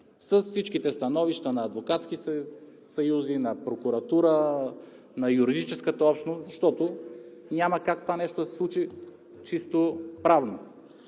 с всичките становища на адвокатски съюзи, на прокуратура, на юридическа общност, защото няма как това да се случи чисто правно.